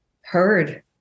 Heard